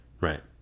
Right